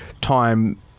time